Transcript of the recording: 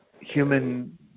human